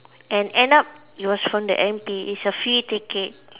and end up it was from the M_P it's a free ticket